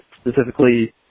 specifically